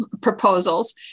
proposals